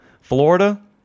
Florida